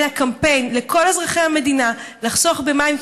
אלא קמפיין לכל אזרחי המדינה לחסוך במים,